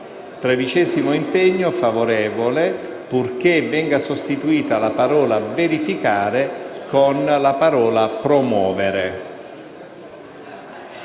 tredicesimo impegno il parere è favorevole, purché venga sostituita la parola «verificare» con la parola «promuovere».